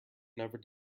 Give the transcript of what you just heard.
never